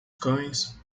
cães